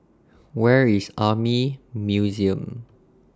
Where IS Army Museum